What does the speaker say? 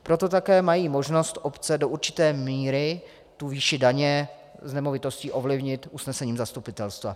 Proto také mají možnost obce do určité míry tu výši daně z nemovitostí ovlivnit usnesením zastupitelstva.